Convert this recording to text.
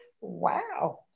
wow